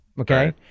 okay